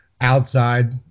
outside